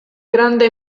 grande